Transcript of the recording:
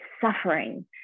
suffering